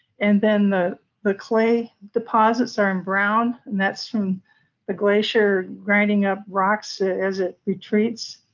and then the the clay deposits are in brown, and that's from the glacier grinding up rocks as it retreats,